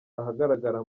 ahagaragara